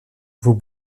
vos